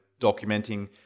documenting